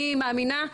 אני מאמינה,